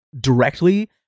directly